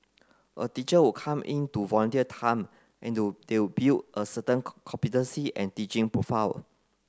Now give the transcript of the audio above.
a teacher come in to volunteer time and they build a certain competency and teaching profile